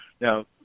Now